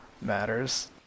matters